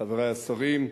חברי השרים,